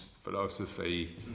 philosophy